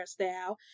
hairstyle